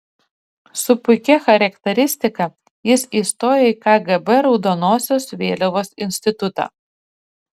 su puikia charakteristika jis įstojo į kgb raudonosios vėliavos institutą